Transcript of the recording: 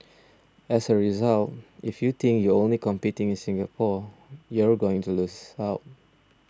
as a result if you think you're only competing in Singapore you're going to lose out